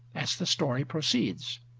as the story proceeds.